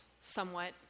somewhat